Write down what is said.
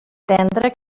tendre